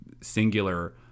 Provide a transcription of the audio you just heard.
singular